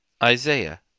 isaiah